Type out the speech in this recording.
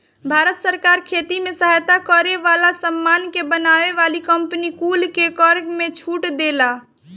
भारत सरकार खेती में सहायता करे वाला सामानन के बनावे वाली कंपनी कुल के कर में छूट देले